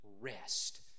rest